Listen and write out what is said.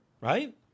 right